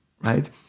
right